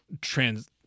trans